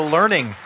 Learning